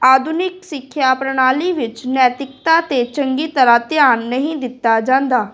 ਆਧੁਨਿਕ ਸਿੱਖਿਆ ਪ੍ਰਣਾਲੀ ਵਿੱਚ ਨੈਤਿਕਤਾ 'ਤੇ ਚੰਗੀ ਤਰ੍ਹਾਂ ਧਿਆਨ ਨਹੀਂ ਦਿੱਤਾ ਜਾਂਦਾ